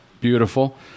beautiful